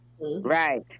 Right